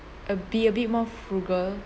uh be a bit more frugal